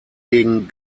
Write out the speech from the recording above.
gegen